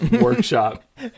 workshop